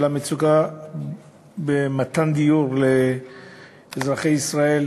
של המצוקה במתן דיור לאזרחי ישראל,